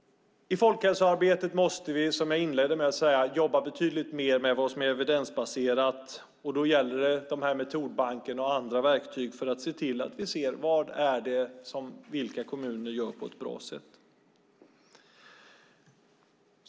Som jag inledningsvis sade måste vi i folkhälsoarbetet jobba betydligt mer med vad som är evidensbaserat. Då gäller det att genom Metodbanken och andra verktyg se vad kommuner gör på ett bra sätt, och vilka kommuner det handlar om.